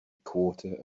quarter